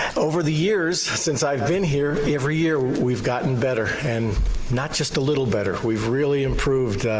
over the years, since i've been here, every year we've gotten better and not just a little better. we've really improved